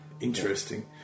interesting